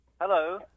Hello